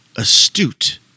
astute